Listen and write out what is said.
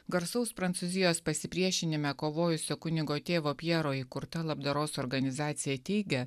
garsaus prancūzijos pasipriešinime kovojusio kunigo tėvo pjero įkurta labdaros organizacija teigia